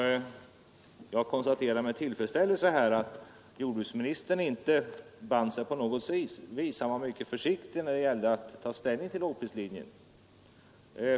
Jag konstaterar med tillfredsställelse att jordbruksministern inte band sig på något vis utan var mycket försiktig när det gällde att ta ställning till lågprislinjen.